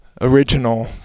original